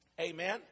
Amen